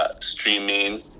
streaming